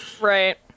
right